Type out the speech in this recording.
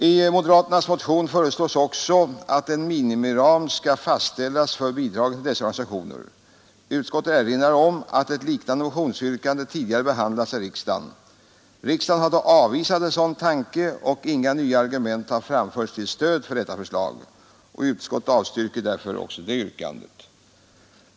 I moderaternas motion föreslås också att en minimiram skall fastställas för bidragen till dessa organisationer. Utskottet erinrar om att ett liknande motionsyrkande tidigare behandlats av riksdagen. Riksdagen har då avvisat en sådan tanke och inga nya argument har framförts till stöd för detta förslag. Utskottet avstyrker därför också detta yrkande.